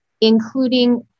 including